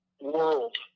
world